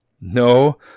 No